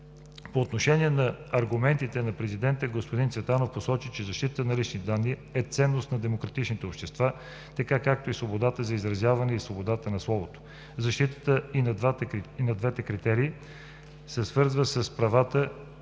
По отношение на аргументите на президента господин Цветанов посочи, че защитата на личните данни е ценност на демократичните общества, така както и свободата на изразяване и свободата на словото. Защитата и на двете категории се свързва с правата